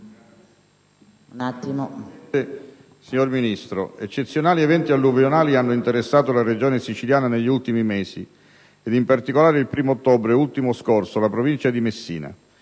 signor Ministro, eccezionali eventi alluvionali hanno interessato la regione siciliana negli ultimi mesi e, in particolare, il 1° ottobre scorso la provincia di Messina.